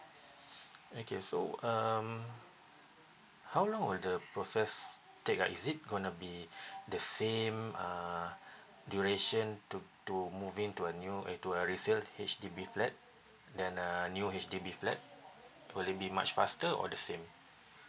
okay so um how long will the process take ah is it gonna be the same uh duration to to moving to a new eh to a resale H_D_B flat than a new H_D_B flat will it be much faster or the same